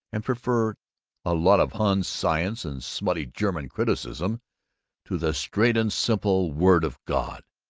and prefer a lot of hun science and smutty german criticism to the straight and simple word of god.